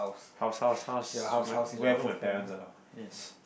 house house house whe~ wherever my parents are